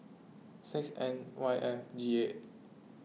six N Y F G eight